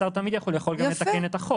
השר תמיד יכול, הוא יכול גם לתקן את החוק.